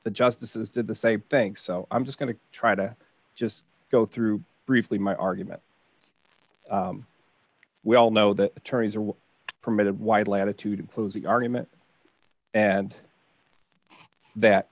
the justices did the same thing so i'm just going to try to just go through briefly my argument we all know that attorneys are permitted wide latitude in closing argument and